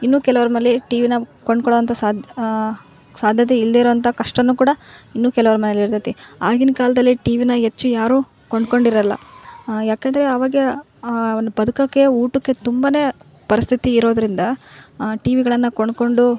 ಇನ್ನು ಕೆಲವ್ರು ಮನೇಲಿ ಟಿ ವಿನ ಕೊಂಡ್ಕೊಳೊಂಥ ಸಾಧ್ಯ ಸಾಧ್ಯತೆ ಇಲ್ದಿರೋ ಅಂತ ಕಷ್ಟ ಕೂಡ ಇನ್ನು ಕೆಲವ್ರು ಮನೇಲಿ ಇರ್ತದೆ ಆಗಿನ ಕಾಲ್ದಲ್ಲಿ ಟಿ ವಿನ ಹೆಚ್ಚು ಯಾರು ಕೊಂಡ್ಕೊಂಡಿರೊಲ್ಲ ಯಾಕಂದ್ರೆ ಅವಾಗ ಒಂದು ಬದುಕೋಕೆ ಊಟಕ್ಕೆ ತುಂಬ ಪರಿಸ್ಥಿತಿ ಇರೋದ್ರಿಂದ ಆ ಟಿ ವಿಗಳನ್ನ ಕೊಂಡ್ಕೊಂಡು